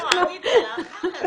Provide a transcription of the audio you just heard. אריאלה ואני מבינים אחד את